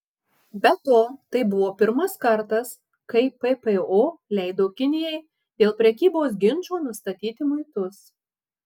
be to tai buvo pirmas kartas kai ppo leido kinijai dėl prekybos ginčo nustatyti muitus